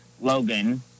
Logan